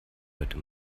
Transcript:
hörte